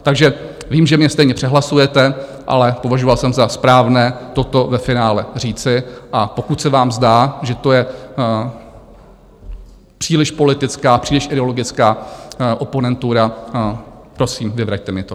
Takže vím, že mě stejně přehlasujete, ale považoval jsem za správné toto ve finále říci, a pokud se vám zdá, že to je příliš politická, příliš ideologická oponentura, prosím, vyvraťte mi to.